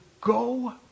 go